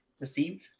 received